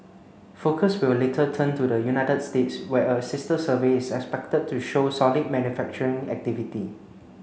focus will later turn to the United States where a sister survey is expected to show solid manufacturing activity